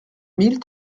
mille